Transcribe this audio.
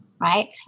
right